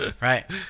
right